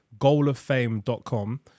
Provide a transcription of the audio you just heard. GoalOfFame.com